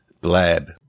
Blab